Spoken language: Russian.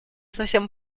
совсем